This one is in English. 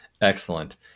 Excellent